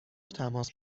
تماس